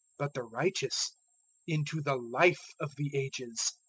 but the righteous into the life of the ages.